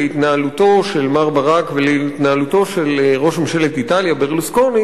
להתנהלותו של מר ברק ולהתנהלותו של ראש ממשלת איטליה ברלוסקוני,